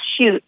shoot